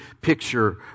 picture